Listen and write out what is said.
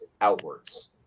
outwards